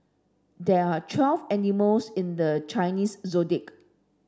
there are twelve animals in the Chinese Zodiac